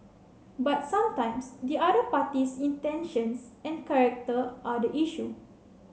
but sometimes the other party's intentions and character are the issue